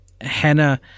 Hannah